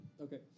Okay